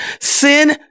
Sin